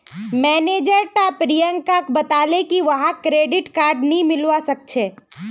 manager टा प्रियंकाक बताले की वहाक क्रेडिट कार्ड नी मिलवा सखछे